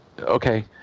okay